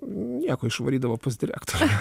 nieko išvarydavo pas direktorių